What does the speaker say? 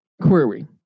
query